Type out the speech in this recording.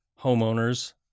homeowners